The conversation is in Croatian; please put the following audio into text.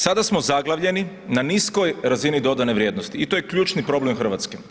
Sada smo zaglavljeni na niskoj razini dodane vrijednosti i to je ključni problem Hrvatske.